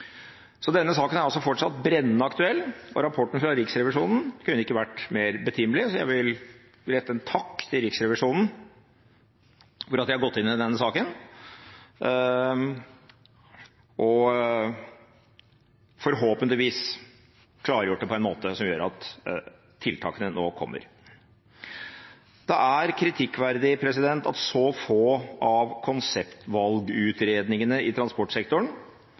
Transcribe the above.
så jeg vil rette en takk til Riksrevisjonen for at de har gått inn i denne saken, og forhåpentligvis klargjort den på en måte som gjør at tiltakene nå kommer. Det er kritikkverdig at så få av konseptvalgutredningene i transportsektoren